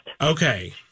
Okay